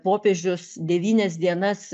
popiežius devynias dienas